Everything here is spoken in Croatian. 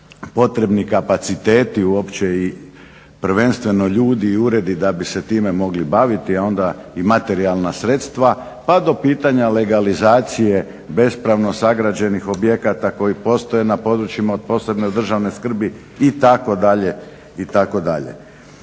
potrebni kapaciteti uopće i prvenstveno ljudi i uredi da bi se time mogla baviti, a onda i materijalna sredstva pa do pitanja legalizacije bespravno sagrađenih objekata koji postoje na područjima od posebne državne skrbi itd.,